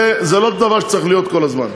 זה לא דבר שצריך להיות כל הזמן.